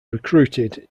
recruited